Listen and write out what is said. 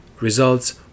results